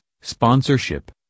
sponsorship